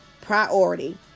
priority